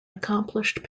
accomplished